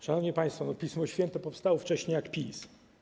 Szanowni państwo, Pismo Święte powstało wcześniej niż PiS.